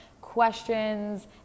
questions